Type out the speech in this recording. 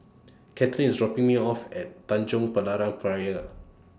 Cathryn IS dropping Me off At Tanjong Berlayer Pier